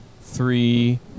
three